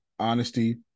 Honesty